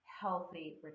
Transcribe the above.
healthy